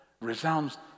resounds